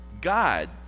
God